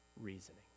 reasoning